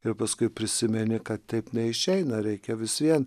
ir paskui prisimeni kad taip neišeina reikia vis vien